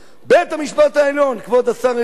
בית-המשפט העליון, כבוד השר ארדן,